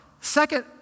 Second